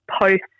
post